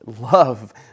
love